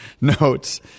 notes